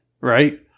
right